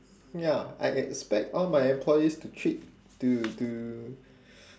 ya I expect all my employees to treat to to